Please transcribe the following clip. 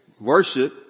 worship